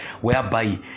whereby